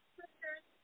sisters